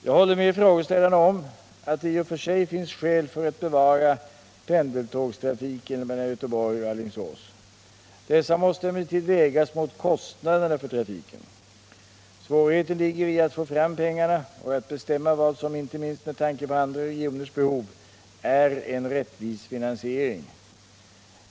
Jag håller med frågeställarna om att det i och för sig finns skäl för att bevara pendeltågstrafiken mellan Göteborg och Alingsås. Detta måste emellertid vägas mot kostnaderna för trafiken. Svårigheterna ligger i att få fram pengarna och i att bestämma vad som, inte minst med tanke på andra regioners behov, är en rättvis finansiering.